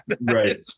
Right